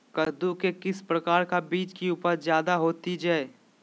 कददु के किस प्रकार का बीज की उपज जायदा होती जय?